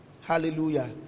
Hallelujah